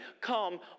come